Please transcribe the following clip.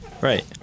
Right